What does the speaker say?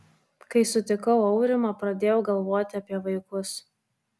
kai sutikau aurimą pradėjau galvoti apie vaikus